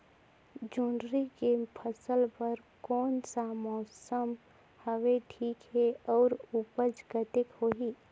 जोंदरी के फसल बर कोन सा मौसम हवे ठीक हे अउर ऊपज कतेक होही?